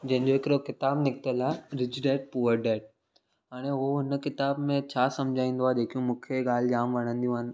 जंहिंजो हिकिड़ो किताबु निकितल आहे रिच डैड पूअर डैड हाणे उहो हुन किताब में छा सम्झाईंदो आहे जेकियूं मूंखे ॻाल्हि जाम वणंदियूं आहिनि